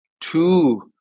two